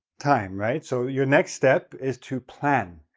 time, right? so, your next step is to plan.